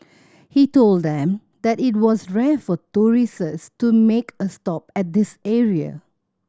he told them that it was rare for to make a stop at this area